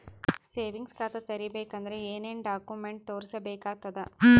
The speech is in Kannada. ಸೇವಿಂಗ್ಸ್ ಖಾತಾ ತೇರಿಬೇಕಂದರ ಏನ್ ಏನ್ಡಾ ಕೊಮೆಂಟ ತೋರಿಸ ಬೇಕಾತದ?